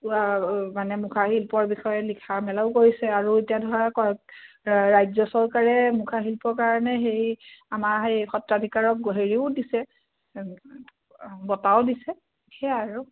মানে মুখাশিল্পৰ বিষয়ে লিখা মেলাও কৰিছে আৰু এতিয়া ধৰা কয় ৰাজ্য চৰকাৰে মুখাশিল্পৰ কাৰণে হেৰি আমাৰ সেই সত্ৰাধিকাৰক হেৰিও দিছে বঁটাও দিছে সেয়াই আৰু